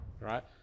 right